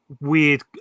weird